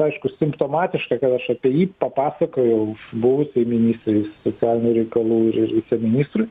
aišku simptomatiška kad aš apie jį papasakojau buvusei ministrei socialinių reikalų ir viceministrui